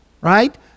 Right